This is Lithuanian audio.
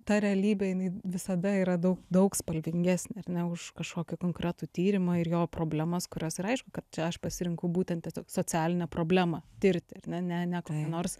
ta realybė jinai visada yra daug daug spalvingesnė ar ne už kažkokį konkretų tyrimą ir jo problemas kurios ir aišku kad čia aš pasirinkau būtent tiesiog socialinę problemą tirti ar ne ne ne kokią nors